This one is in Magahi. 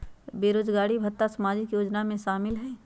बेरोजगारी भत्ता सामाजिक योजना में शामिल ह ई?